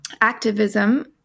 activism